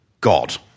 God